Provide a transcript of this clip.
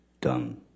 Done